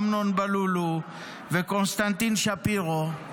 אמנון בלולו וקונסטנטין שפירו,